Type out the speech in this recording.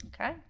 Okay